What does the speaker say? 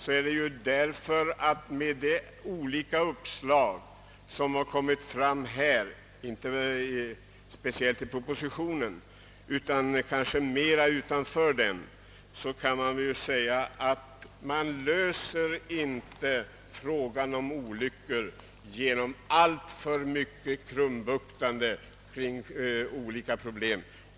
Man har ju kommit med en hel del uppslag i detta sammanhang, kanske inte speciellt i propositionen utan mera vid sidan om den, men man löser inte frågan om hur man skall minska olyckorna genom alltför mycket krumbuktande kring olika problem.